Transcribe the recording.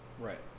Right